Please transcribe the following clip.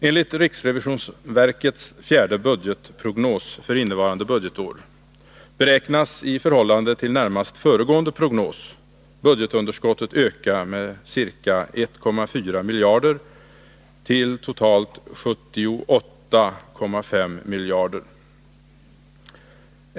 Enligt riksrevisionsverkets fjärde budgetprognos för innevarande budgetår beräknas i förhållande till närmast föregående prognos budgetunderskottet öka med ca 1,4 miljarder till totalt ca 78,5 miljarder.